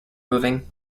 moving